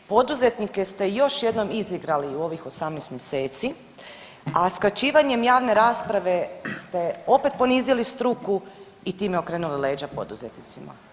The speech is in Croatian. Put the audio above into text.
Poduzetnike ste još jednom izigrali u ovih 18 mjeseci, a skraćivanjem javne rasprave ste opet ponizili struku i time okrenuli leđa poduzetnicima.